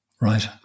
Right